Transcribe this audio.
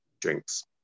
drinks